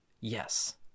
Yes